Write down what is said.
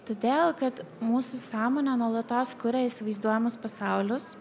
todėl kad mūsų sąmonė nuolatos kuria įsivaizduojamus pasaulius